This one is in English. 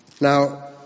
Now